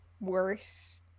worse